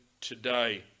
today